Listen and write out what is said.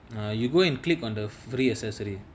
ah you go and click on the three accessory